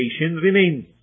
remains